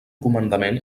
comandament